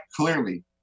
clearly